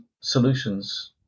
solutions